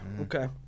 Okay